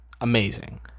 amazing